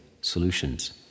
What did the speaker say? solutions